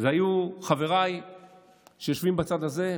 אלה היו חבריי שיושבים בצד הזה,